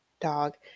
dog